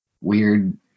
weird